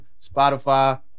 Spotify